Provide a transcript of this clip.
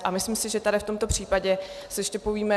A myslím si, že tady v tomto případě si ještě povíme...